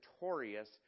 notorious